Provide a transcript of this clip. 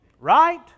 Right